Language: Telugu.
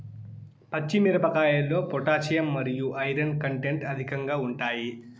పచ్చి మిరపకాయల్లో పొటాషియం మరియు ఐరన్ కంటెంట్ అధికంగా ఉంటాయి